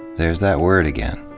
there's that word again.